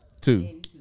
Two